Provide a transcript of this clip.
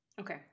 Okay